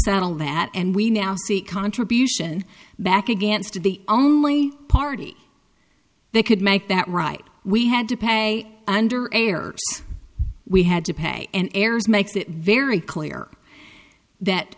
settle that and we now see contribution back against the only party they could make that right we had to pay under air we had to pay and heirs makes it very clear that